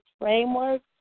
framework